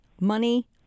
money